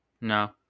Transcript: no